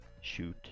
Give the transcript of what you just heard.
shoot